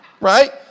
Right